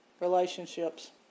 relationships